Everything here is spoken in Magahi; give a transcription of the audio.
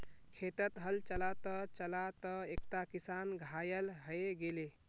खेतत हल चला त चला त एकता किसान घायल हय गेले